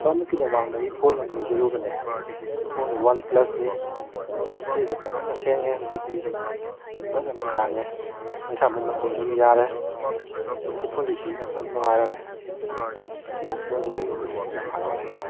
ꯍꯞꯇꯥꯃꯨꯛꯀꯤ ꯃꯃꯥꯡꯗ ꯑꯩ ꯐꯣꯟ ꯑꯃ ꯂꯩꯖꯔꯨꯕꯅꯦ ꯐꯣꯟꯁꯤ ꯋꯥꯟ ꯄ꯭ꯂꯁꯅꯤ ꯗꯤꯁꯄ꯭ꯂꯦꯁꯨ ꯐꯖꯅ ꯁꯦꯡꯉꯦ ꯕꯦꯇ꯭ꯔꯤꯁꯨ ꯐꯖꯅ ꯈꯥꯡꯉꯦ ꯄꯩꯁꯥ ꯃꯃꯟꯁꯨ ꯑꯗꯨꯝ ꯌꯥꯔꯦ ꯑꯁꯤ ꯐꯣꯟꯁꯤ ꯁꯤꯖꯤꯟꯅꯕ ꯐꯖꯅ ꯅꯨꯡꯉꯥꯏꯔꯝꯃꯦ ꯑꯁꯤ ꯐꯣꯟꯁꯦ ꯂꯩꯔꯨꯕꯁꯦ ꯑꯩ ꯌꯥꯝ ꯍꯔꯥꯎꯖꯩ